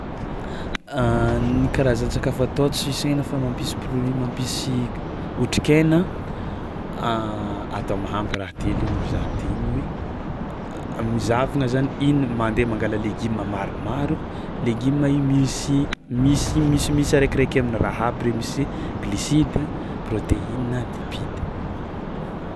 Ny karazan-tsakafo atao tsy hoisaina fa mampisy pri- mampisy otrikaina atao mahampy raha telo hoy za teo igny hoe m- zahavagna zany in- mandeha mangala legioma maromaro, legioma io misy misimisy araikiraiky am'raha aby re misy gliosida, prôteina, lipida.